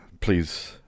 please